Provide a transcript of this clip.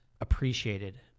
appreciated